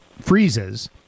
freezes